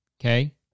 okay